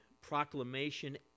proclamation